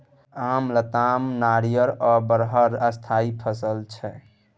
आम, लताम, नारियर आ बरहर स्थायी फसल छै